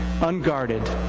unguarded